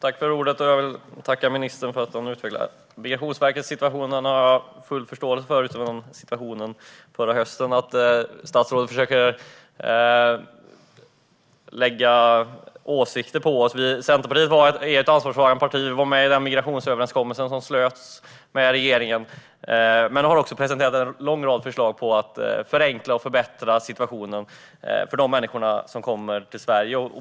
Herr talman! Jag vill tacka ministern för att han utvecklar svaret. Jag har full förståelse för Migrationsverkets situation förra hösten. Men statsrådet försöker att lägga på oss åsikter. Vi i Centerpartiet är ett ansvarstagande parti, och vi var med i den migrationsöverenskommelse som slöts med regeringen. Samtidigt har vi presenterat en lång rad förslag för att förenkla och förbättra situationen för de människor som kommer till Sverige.